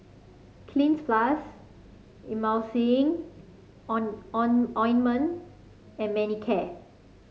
Cleanz Plus Emulsying Ointment and Manicare